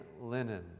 linen